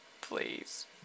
Please